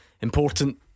important